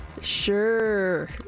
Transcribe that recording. Sure